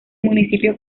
municipio